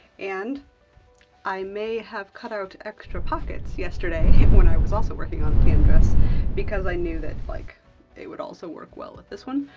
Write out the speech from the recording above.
and i may have cut out extra pockets yesterday when i was also working on a tan dress because i knew that like they would also work well with this one,